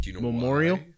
Memorial